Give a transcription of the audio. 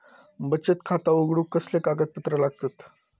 बचत खाता उघडूक कसले कागदपत्र लागतत?